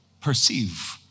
perceive